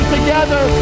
together